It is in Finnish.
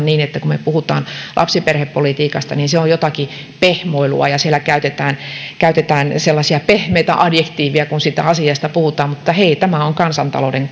niin että kun me puhumme lapsiperhepolitiikasta niin se on jotakin pehmoilua ja siellä käytetään käytetään sellaisia pehmeitä adjektiiveja kun siitä asiasta puhutaan mutta hei tämä on kansantalouden